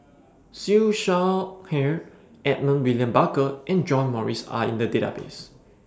Siew Shaw Her Edmund William Barker and John Morrice Are in The Database